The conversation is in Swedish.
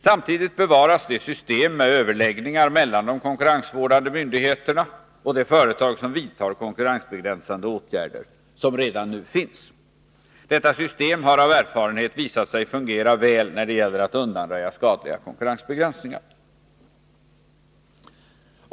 Samtidigt bevaras det system med överläggningar mellan de konkurrensvårdande myndigheterna och de företag, som vidtar konkurrensbegränsande åtgärder som redan finns. Detta system har av erfarenhet visat sig fungera väl när det gäller att undanröja skadliga konkurrensbegränsningar.